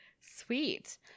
sweet